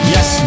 Yes